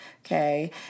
okay